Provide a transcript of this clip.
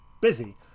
busy